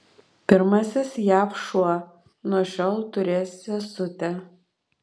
pirmasis jav šuo nuo šiol turės sesutę